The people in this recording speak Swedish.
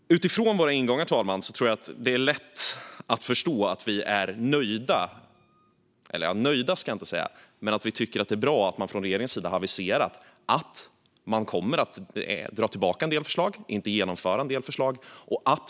Utifrån våra ingångar tror jag att det är lätt att förstå att vi tycker att det är bra att man från regeringens sida aviserat att man kommer att dra tillbaka en del förslag och inte genomföra dem.